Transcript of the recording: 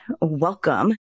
welcome